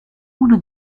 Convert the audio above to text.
uno